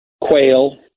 quail